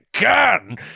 gun